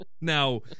Now